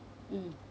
mm